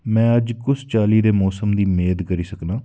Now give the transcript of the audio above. में अज्ज कुस चाल्ली दे मौसम दी मेद करी सकनां